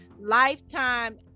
lifetime